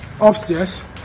upstairs